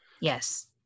Yes